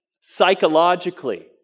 psychologically